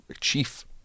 chief